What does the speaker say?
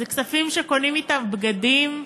אלה כספים שקונים בהם בגדים,